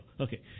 Okay